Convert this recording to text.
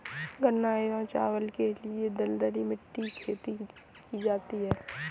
गन्ना एवं चावल के लिए दलदली मिट्टी में खेती की जाती है